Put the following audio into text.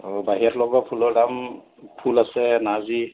অ বাহিৰত লগোৱা ফুলৰ দাম ফুল আছে নাৰ্জি